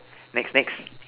next next